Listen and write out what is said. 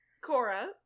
Cora